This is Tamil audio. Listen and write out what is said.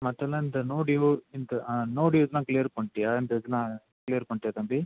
மற்றதெல்லாம் இந்த நோ டியூ இந்த நோ டியூஸ்யெலாம் க்ளியர் பண்ணிட்டியா இந்த இதெல்லாம் க்ளியர் பண்ணிட்டியா தம்பி